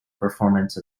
performance